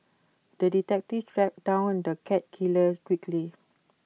the detective tracked down the cat killer quickly